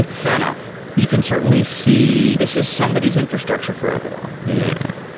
fair enough you can certainly see this is somebody's infrastructure for everyone yeah.